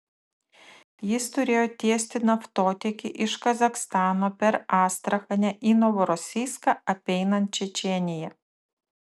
jis turėjo tiesti naftotiekį iš kazachstano per astrachanę į novorosijską apeinant čečėniją